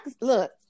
look